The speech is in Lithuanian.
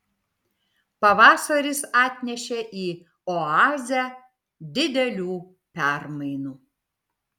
pavasaris atnešė į oazę didelių permainų